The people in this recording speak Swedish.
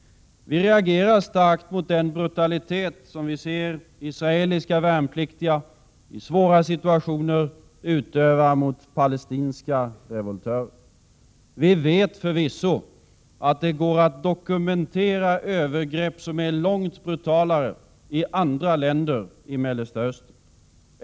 Vi reagerar starkt mot den brutalitet som vi ser israeliska värnpliktiga i svåra situationer utöva mot palestinska revoltörer. Vi vet förvisso, att det i andra länder i Mellersta Östern går att dokumentera övergrepp som är långt brutalare.